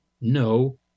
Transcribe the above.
no